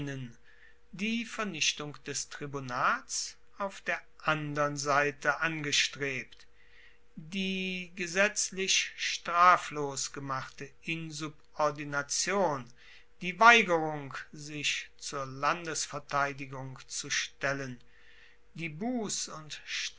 die vernichtung des tribunats auf der andern seite angestrebt die gesetzlich straflos gemachte insubordination die weigerung sich zur landesverteidigung zu stellen die buss und